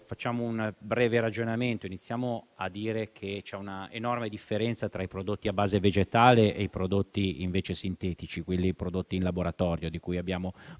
Facciamo un breve ragionamento e iniziamo a dire che c'è un'enorme differenza tra i prodotti a base vegetale e i prodotti sintetici, quelli prodotti in laboratorio di cui abbiamo parlato